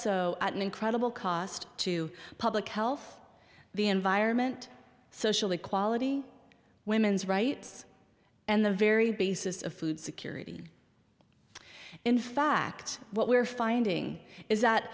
at an incredible cost to public health the environment social equality women's rights and the very basis of food security in fact what we're finding is that